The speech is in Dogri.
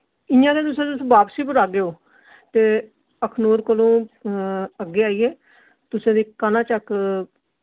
इ'यां ते तुसे तुस बाप्सी पर आ'गे ओ ते अखनूर कोलों अग्गें आइयै तुसें दी कानाचक